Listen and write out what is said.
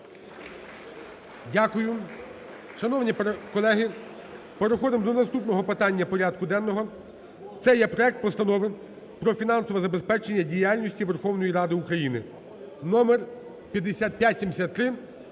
Дякую. Шановні колеги, переходимо до наступного питання порядку денного. Це є проект Постанови про фінансове забезпечення діяльності Верховної Ради України (номер 5573).